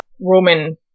Roman